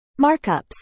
markups